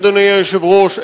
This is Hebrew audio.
אדוני היושב-ראש,